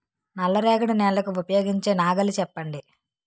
నల్ల రేగడి నెలకు ఉపయోగించే నాగలి చెప్పండి?